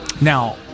now